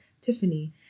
tiffany